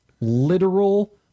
literal